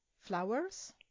flowers